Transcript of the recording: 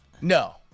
No